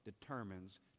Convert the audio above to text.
determines